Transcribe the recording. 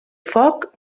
foc